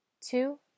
two